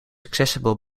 accessible